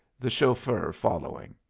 the chauffeur following.